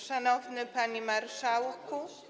Szanowny Panie Marszałku!